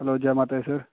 hello जै माता दी sir